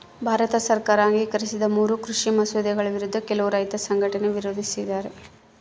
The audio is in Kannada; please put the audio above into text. ಭಾರತ ಸರ್ಕಾರ ಅಂಗೀಕರಿಸಿದ ಮೂರೂ ಕೃಷಿ ಮಸೂದೆಗಳ ವಿರುದ್ಧ ಕೆಲವು ರೈತ ಸಂಘಟನೆ ವಿರೋಧಿಸ್ಯಾರ